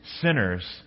sinners